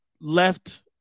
left